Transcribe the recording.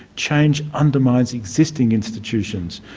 change undermines existing institutions,